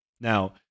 Now